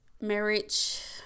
marriage